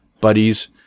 buddies